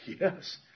Yes